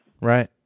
Right